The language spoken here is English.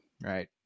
Right